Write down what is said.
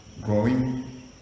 growing